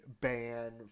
ban